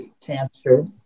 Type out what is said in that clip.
cancer